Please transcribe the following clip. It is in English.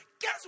guess